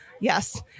yes